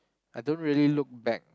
I don't really look back